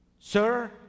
Sir